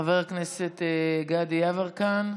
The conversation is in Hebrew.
חבר הכנסת גדי יברקן,